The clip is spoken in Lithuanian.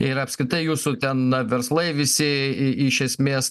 ir apskritai jūsų ten verslai visi iš esmės